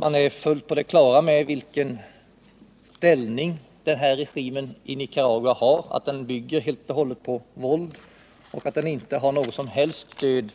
Man är fullt på det klara med vilken ställning regimen i Nicaragua har, att den helt och hållet bygger på våld och att den inte har något som helst stöd